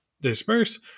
disperse